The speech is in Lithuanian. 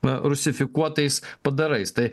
na rusifikuotais padarais tai